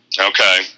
Okay